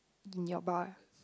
in your bar